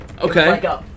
Okay